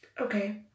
Okay